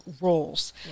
roles